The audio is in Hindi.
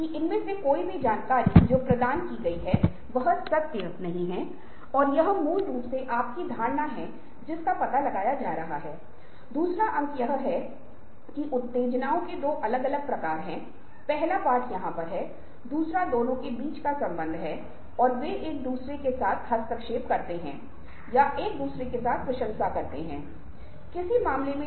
एक सामाजिक घटक है जो समानुभूति और सामाजिक कौशल और व्यक्तिगत घटक या व्यक्तिगत योग्यता से संबंधित था जो आत्म प्रेरणा आत्म नियमन और आत्म जागरूकता के बारे में संबन्धित था